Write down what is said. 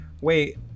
Wait